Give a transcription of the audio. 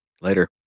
Later